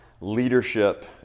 leadership